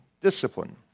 discipline